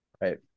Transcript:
Right